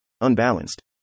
unbalanced